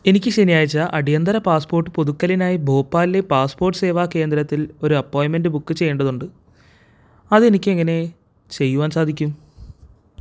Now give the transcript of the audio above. എനിക്ക് ശനിയാഴ്ച അടിയന്തിര പാസ്പോർട്ട് പുതുക്കലിനായി ഭോപ്പാൽ ലെ പാസ്പോർട്ട് സേവാ കേന്ദ്രത്തിൽ ഒരു അപ്പോയിൻ്റ്മെൻ്റ് ബുക്ക് ചെയ്യേണ്ടതുണ്ട് അത് എനിക്ക് എങ്ങനെ ചെയ്യുവാൻ സാധിക്കും